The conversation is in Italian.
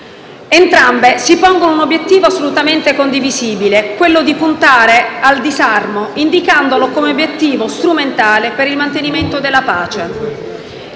Entrambe si pongono un obiettivo assolutamente condivisibile: quello di puntare al disarmo, indicandolo come obiettivo strumentale per il mantenimento della pace.